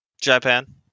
Japan